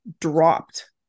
dropped